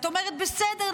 את אומרת: בסדר,